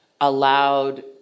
allowed